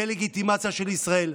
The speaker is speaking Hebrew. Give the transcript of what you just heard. דה-לגיטימציה של ישראל.